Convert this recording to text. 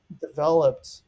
developed